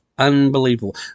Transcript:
Unbelievable